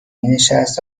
مینشست